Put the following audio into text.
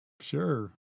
sure